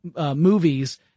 movies